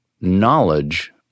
knowledge